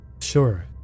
Sure